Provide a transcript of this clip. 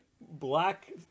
black